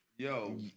Yo